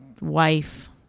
Wife